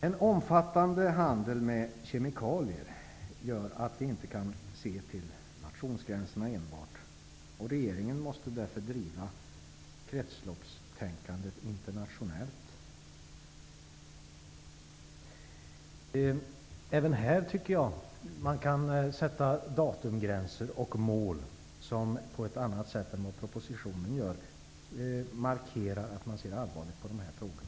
En omfattande handel med kemikalier gör att vi inte kan se enbart till nationsgränserna. Regeringen måste därför driva kretsloppstänkandet internationellt. Även här tycker jag att man kan sätta datumgränser och mål på ett annat sätt än vad som görs i propositionen. Man bör markera att man ser allvarligt på dessa frågor.